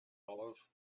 olive